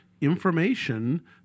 information